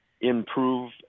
improve